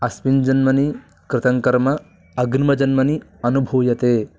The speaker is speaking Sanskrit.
अस्मिन् जन्मनि कृतं कर्म अग्रिमजन्मनि अनुभूयते